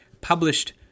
published